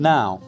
Now